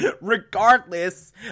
regardless